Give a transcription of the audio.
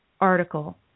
article